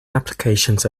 applications